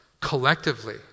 collectively